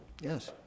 Yes